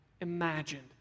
imagined